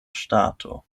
ŝtato